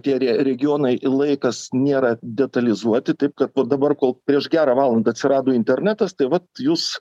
tie re regionai laikas nėra detalizuoti taip kad dabar kol prieš gerą valandą atsirado internetas tai vat jūs